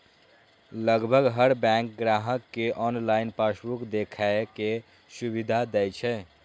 लगभग हर बैंक ग्राहक कें ऑनलाइन पासबुक देखै के सुविधा दै छै